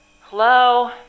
Hello